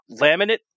laminate